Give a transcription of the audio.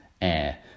air